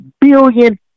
billion